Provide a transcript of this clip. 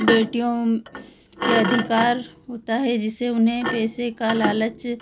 बेटियों के अधिकार होता है जिसे उन्हें पैसे का लालच